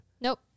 Nope